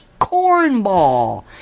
cornball